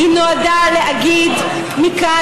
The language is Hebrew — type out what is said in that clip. היא נועדה להגיד מכאן,